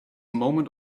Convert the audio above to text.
moment